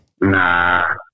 nah